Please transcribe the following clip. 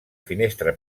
finestra